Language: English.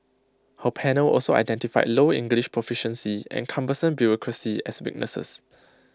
her panel also identified low English proficiency and cumbersome bureaucracy as weaknesses